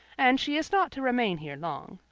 and she is not to remain here long.